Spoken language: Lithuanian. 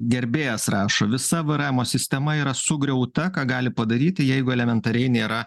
gerbėjas rašo visa vrmo sistema yra sugriauta ką gali padaryti jeigu elementariai nėra